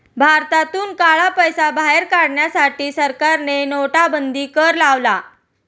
भारतातून काळा पैसा बाहेर काढण्यासाठी सरकारने नोटाबंदी कर लावला